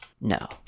no